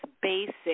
basic